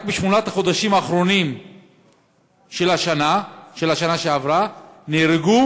רק בשמונת החודשים האחרונים של השנה שעברה נהרגו